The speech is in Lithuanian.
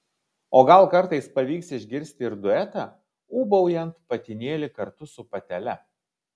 o gal kartais pavyks išgirsti ir duetą ūbaujant patinėlį kartu su patele